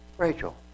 Rachel